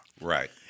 Right